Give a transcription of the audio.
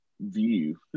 view